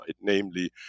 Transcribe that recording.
namely